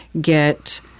get